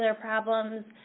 problems